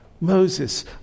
Moses